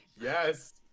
Yes